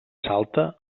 salta